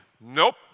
Nope